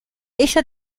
ella